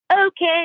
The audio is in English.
Okay